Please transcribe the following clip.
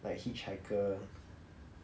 like hitchhiker